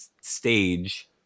stage